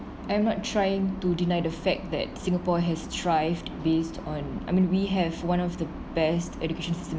I'm not trying to deny the fact that singapore has thrived based on I mean we have one of the best education system